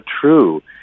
true